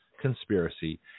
conspiracy